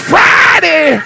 Friday